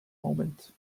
moment